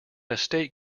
estate